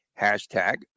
hashtag